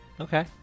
Okay